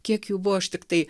kiek jų buvo aš tiktai